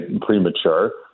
premature